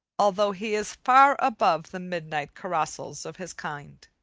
although he is far above the midnight carousals of his kind.